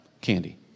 candy